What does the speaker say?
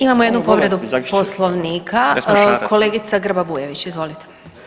Imamo jednu povredu Poslovnika, kolegica Grba Bujević, izvolite.